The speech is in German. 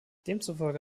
demzufolge